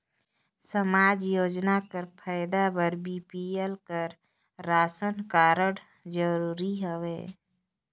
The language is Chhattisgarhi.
समाजिक योजना कर फायदा बर बी.पी.एल कर राशन कारड जरूरी हवे?